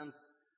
annen